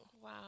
wow